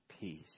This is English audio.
peace